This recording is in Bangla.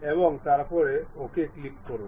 এবং তারপরে OK ক্লিক করুন